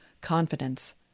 confidence